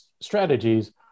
strategies